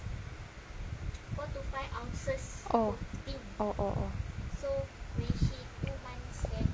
oh oh oh oh